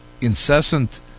incessant